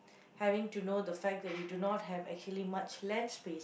having to know the fact that we do not have actually much land space